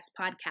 podcast